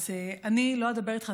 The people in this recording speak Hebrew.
אז אני לא אדבר איתך,